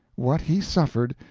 what he suffered,